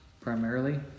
primarily